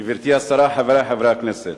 גברתי השרה, חברי חברי הכנסת,